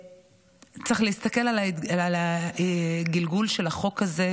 צריך להסתכל על הגלגול של החוק הזה,